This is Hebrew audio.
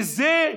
וזה,